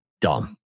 dumb